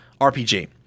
RPG